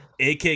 AK